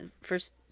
First